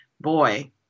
boy